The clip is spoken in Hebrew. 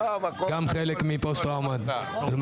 גם חלק מפוסט טראומה הלומי